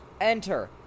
enter